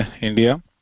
India